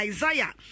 Isaiah